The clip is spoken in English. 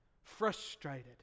frustrated